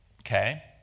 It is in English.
Okay